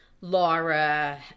Laura